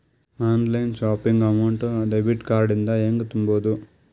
Online shopping amount debit card ಇಂದ ಹೆಂಗ್ ತುಂಬೊದು?